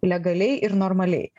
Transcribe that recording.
legaliai ir normaliai